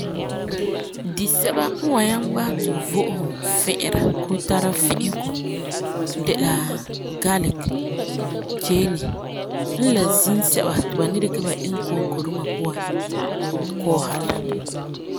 Disɛba n wan nyaŋɛ basɛ ti fu vo'osum fi'ira koo tara fi'isegɔ de la galiki, geeni, n la zim sɛba ti ba ni dikɛ ba iŋɛ konko duma puan koosa la.